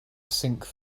sink